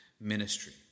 ministry